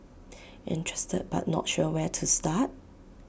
interested but not sure where to start